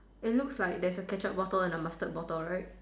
it looks like there's a ketchup bottle and a mustard bottle right